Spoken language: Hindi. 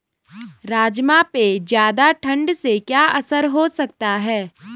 राजमा पे ज़्यादा ठण्ड से क्या असर हो सकता है?